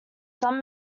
some